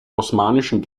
osmanischen